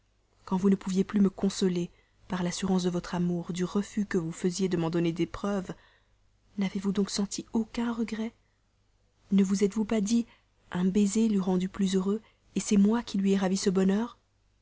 quand vous ne pouviez plus me consoler par l'assurance de votre amour du refus que vous faisiez de m'en donner des preuves n'avez-vous donc senti aucun regret ne vous êtes-vous pas dit un baiser l'eût rendu plus heureux c'est moi qui lui ai ravi ce bonheur